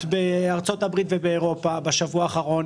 בארצות הברית ובאירופה בשבוע האחרון,